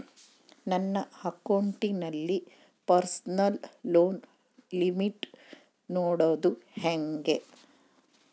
ನನ್ನ ಅಕೌಂಟಿನಲ್ಲಿ personal loan limit ನೋಡದು ಹೆಂಗೆ?